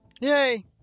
Yay